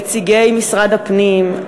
נציגי משרד הפנים,